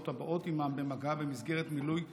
הבאות עימם במגע במסגרת מילוי תפקידיהן,